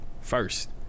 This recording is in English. First